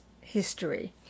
history